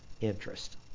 interest